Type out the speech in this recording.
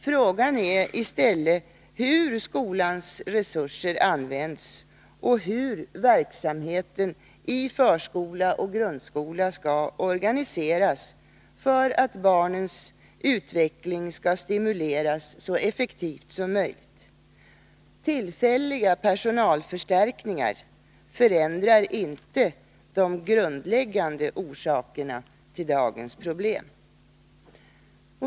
Frågan är i stället hur skolans resurser används och hur verksamheten i förskola och grundskola skall organiseras för att stimulera barnens utveckling så effektivt som möjligt. Tillfälliga personalförstärkningar förändrar inte de grundläggande orsakerna till dagens problem.